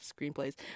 screenplays